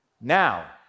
Now